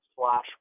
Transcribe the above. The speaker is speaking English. slash